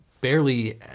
barely